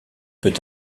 peut